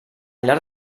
llarg